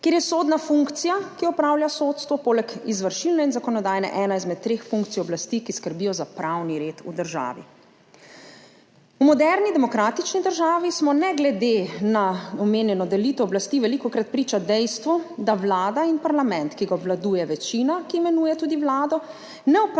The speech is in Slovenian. kjer je sodna funkcija, ki jo opravlja sodstvo, poleg izvršilne in zakonodajne ena izmed treh funkcij oblasti, ki skrbijo za pravni red v državi. V moderni demokratični državi smo ne glede na omenjeno delitev oblasti velikokrat priča dejstvu, da vlada in parlament, ki ga obvladuje večina, ki imenuje tudi vlado, ne opravljata